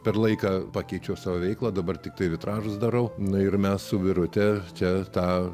per laiką pakeičiau savo veiklą dabar tiktai vitražus darau na ir mes su birute čia tą